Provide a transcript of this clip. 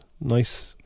nice